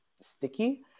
sticky